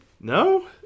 no